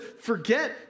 forget